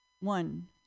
One